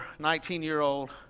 19-year-old